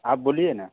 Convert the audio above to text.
आप बोलिए न